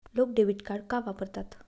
लोक debit card का वापरतात?